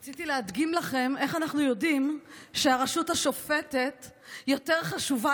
רציתי להדגים לכם איך אנחנו יודעים שהרשות השופטת יותר חשובה,